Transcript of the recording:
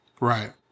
Right